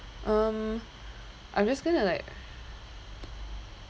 um I'm just gonna like